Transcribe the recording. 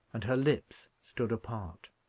and her lips stood apart.